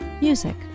Music